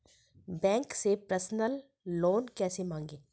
Bank से personal loan कैसे मांगें?